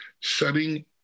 setting